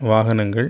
வாகனங்கள்